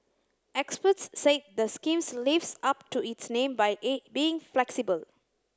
experts said the schemes lives up to its name by being flexible